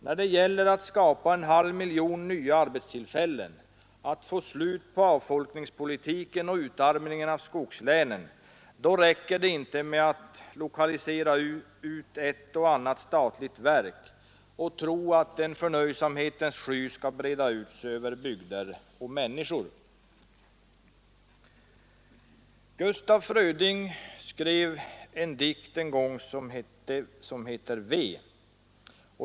När det gäller att skapa en halv miljon nya arbetstillfällen, att få slut på avfolkningspolitiken och utarmningen av skogslänen, räcker det inte med att lokalisera ut ett och annat statligt verk och tro att en förnöjsamhetens sky skall breda ut sig över bygder och människor. Gustaf Fröding skrev en dikt som heter Ve.